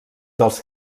dels